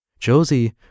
Josie